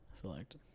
Select